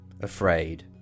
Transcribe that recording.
afraid